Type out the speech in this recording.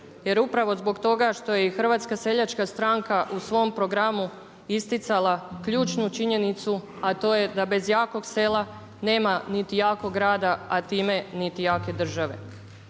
jer upravo zbog toga što je i Hrvatska seljačka stranka u svom programu isticala ključnu činjenicu, a to je da bez jakog sela nema niti jakog grada a time niti jake države.